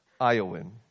Iowan